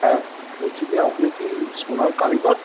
হ্যাঁ বলছি কি আপনি কি সোনার কারিগর